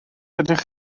ydych